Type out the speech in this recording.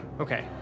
Okay